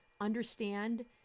understand